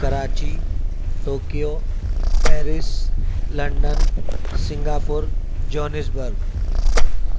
Karachi Tokyo Paris London Singapore Johannesburg